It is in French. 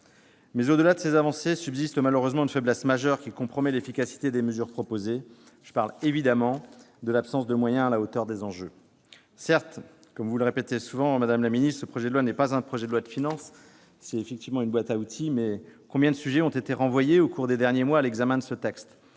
Mais, au-delà de ces avancées, subsiste malheureusement une faiblesse majeure qui compromet l'efficacité des mesures proposées : je parle évidemment de l'absence de moyens à la hauteur des enjeux. Certes, comme vous le répétez souvent, ce projet de loi n'est pas un projet de loi de finances et, effectivement, on peut le voir comme une boîte à outils. Mais combien de sujets ont été renvoyés, au cours des derniers mois, à l'examen de ce texte ?